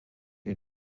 est